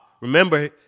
Remember